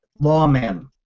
lawmen